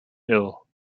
ill